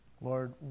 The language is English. Lord